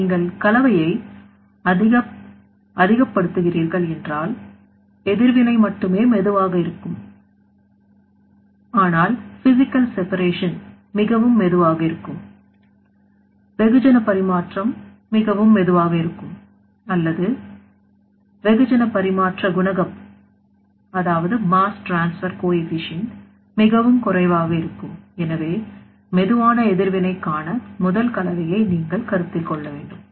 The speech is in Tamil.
நீங்கள் கலவையை அதிகப் படுத்துகிறீர்கள் என்றால் எதிர் வினை மட்டுமே மெதுவாக இருக்கும் physical separation மிகவும் மெதுவாக இருக்கும் வெகுஜன பரிமாற்றம் மிகவும் மெதுவாக இருக்கும் அல்லது வெகுஜன பரிமாற்ற குணகம் மிகவும் குறைவாக இருக்கும் எனவே மெதுவான எதிர்வினை காண முதல் கலவையை நீங்கள் கருத்தில் கொள்ள வேண்டும்